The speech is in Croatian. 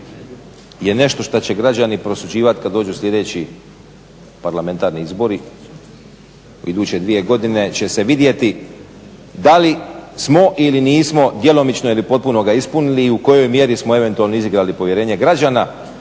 je nešto što će građani prosuđivati kada dođu sljedeći parlamentarni izbori. U iduće dvije godine će se vidjeti da li smo ili nismo djelomično ili potpuno ga ispunili i u kojoj mjeri smo eventualno izigrali povjerenje građana.